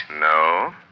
No